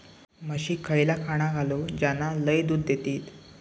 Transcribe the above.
म्हशीक खयला खाणा घालू ज्याना लय दूध देतीत?